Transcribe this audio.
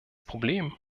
problem